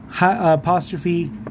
apostrophe